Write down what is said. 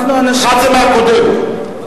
אחד זה מהקודם.